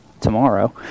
tomorrow